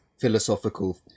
philosophical